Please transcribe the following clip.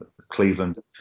Cleveland